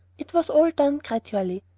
it was all done gradually.